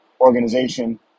organization